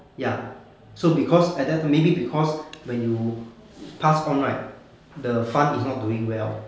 ya so because and then maybe because when you pass on right the fund is not doing well